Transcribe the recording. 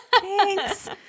Thanks